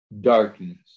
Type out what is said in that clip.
darkness